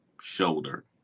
shoulder